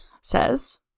says